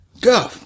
Go